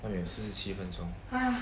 还没有四十十七分钟